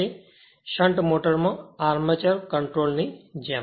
તેથી શંટ મોટરમાં આર્મર કંટ્રોલની જેમ